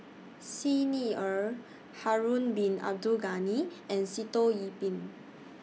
Xi Ni Er Harun Bin Abdul Ghani and Sitoh Yih Pin